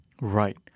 Right